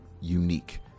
unique